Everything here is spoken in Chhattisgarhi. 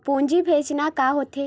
पूंजी भेजना का होथे?